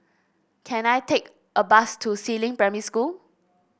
can I take a bus to Si Ling Primary School